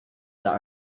that